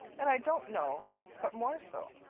and i don't know but more so.